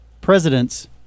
presidents